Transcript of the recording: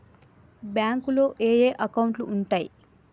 బ్యాంకులో ఏయే అకౌంట్లు ఉంటయ్?